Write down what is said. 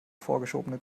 vorgeschobene